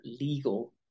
legal